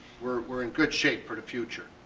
we're in good shape for the future.